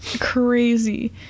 crazy